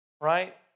Right